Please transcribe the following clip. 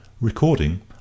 Recording